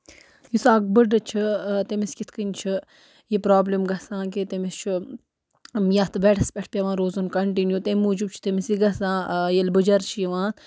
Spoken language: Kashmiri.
یُس اَکھ بٕڈٕ چھُ تٔمِس کِتھ کٔنۍ چھِ یہِ پرابلم گَژھان کہِ تٔمِس چھُ یَتھ بٮ۪ڈس پٮ۪ٹھ پیوان روزُن کَنٹِنیو تَمہِ موٗجوٗب چھُ تٔمِس یہِ گَژھان ییٚلہِ بُجَر چھُ یِوان